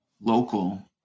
local